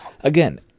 again